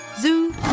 Zoo